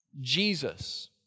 Jesus